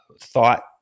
thought